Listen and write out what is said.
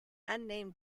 unnamed